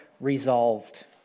resolved